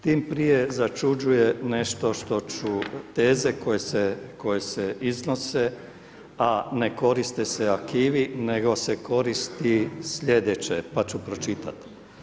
Tim prije začuđuje nešto što ću, teze koje se iznose a ne koriste se arhivi nego se koristi slijedeće pa ću pročitati.